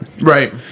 right